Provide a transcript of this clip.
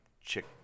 chick